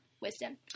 wisdom